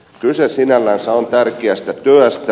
kyse sinällänsä on tärkeästä työstä